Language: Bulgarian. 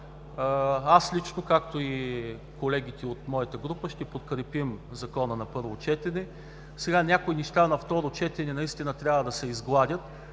Аз лично, както и колегите от моята група, ще подкрепим Закона на първо четене. Някои неща на второ четене трябва да се изгладят,